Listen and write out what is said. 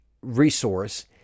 resource